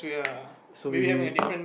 so we